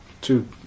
two